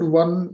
one